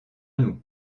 nous